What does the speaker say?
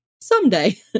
someday